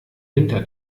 winter